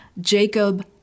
Jacob